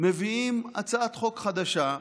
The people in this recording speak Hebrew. מביאים הצעת חוק חדשה,